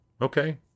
Okay